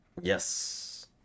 Yes